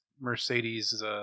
Mercedes